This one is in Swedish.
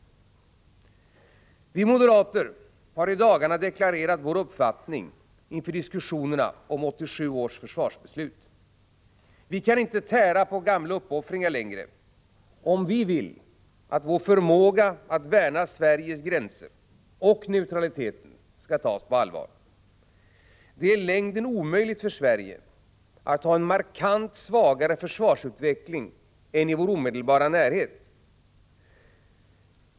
Vi moderater har i dagarna deklarerat vår uppfattning inför diskussionerna om 1987 års försvarsbeslut. Vi kan inte längre tära på gamla uppoffringar, om vi vill att vår förmåga att värna Sveriges gränser och neutraliteten skall tas på allvar. Det är i längden omöjligt för Sverige att ha en markant svagare 4 försvarsutveckling än den i vår omedelbara närhet.